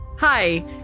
Hi